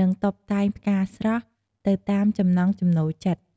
និងតុបតែងផ្កាស្រស់ ទៅតាមចំណង់ចំណូលចិត្ត។